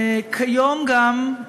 כיום גם,